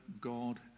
God